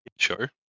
sure